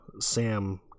Sam